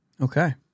Okay